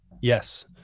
Yes